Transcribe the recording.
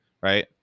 right